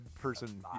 person